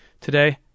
today